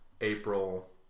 April